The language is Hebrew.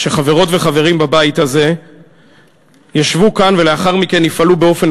שחברות וחברים בבית הזה ישבו כאן ולאחר מכן יפעלו באופן